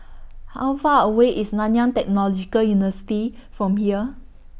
How Far away IS Nanyang Technological University from here